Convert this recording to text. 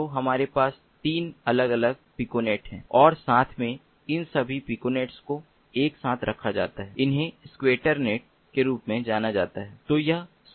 तो हमारे पास 3 अलग अलग पिकोनेट हैं और साथ में इन सभी पिकोनेट को एक साथ रखा जाता है उन्हें हमारे पास स्कैटरनेट के रूप में जाना जाता है